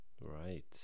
Right